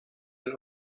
del